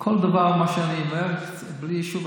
כל דבר, אין להם חוכמות כאן.